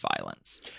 violence